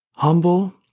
humble